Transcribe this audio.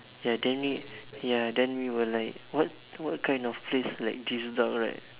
ya then we ya then we were like what what kind of place like this dark right